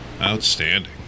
Outstanding